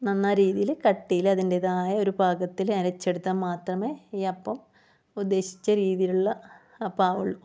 നന്ന രീതിയിൽ കട്ടിയിൽ അതിൻ്റെതായ ഒരു പാകത്തിൽ അരച്ചെടുത്താൽ മാത്രമേ ഈ അപ്പം ഉദ്ദേശിച്ച രീതിയിലുള്ള അപ്പമാവുള്ളൂ